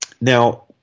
now